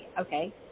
okay